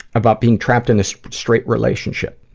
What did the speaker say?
about being trapped in a straight relationship,